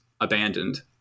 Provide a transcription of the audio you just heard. abandoned